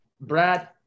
Brad